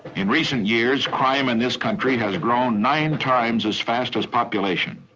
in recent years, crime in this country has grown nine times as fast as population.